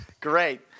Great